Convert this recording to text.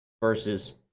versus